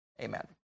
Amen